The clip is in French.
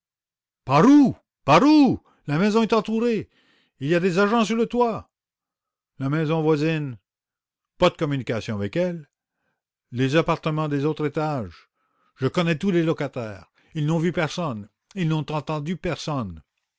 par où par où la maison est entourée il y a des agents sur le toit la maison voisine pas de communication avec elle les appartements des autres étages je connais tous les locataires ils n'ont vu personne ils n'ont entendu personne